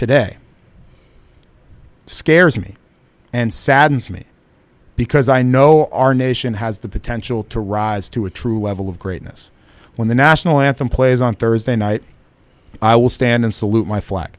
today scares me and saddens me because i know our nation has the potential to rise to a true level of greatness when the national anthem plays on thursday night i will stand and salute my fla